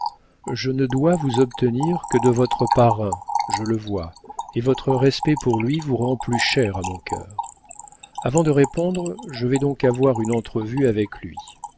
je ne dois vous obtenir que de votre parrain je le vois et votre respect pour lui vous rend plus chère à mon cœur avant de répondre je vais donc avoir une entrevue avec lui